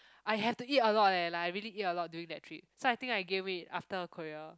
I had to eat a lot leh like I really eat a lot during that trip so I think I gain weight after Korea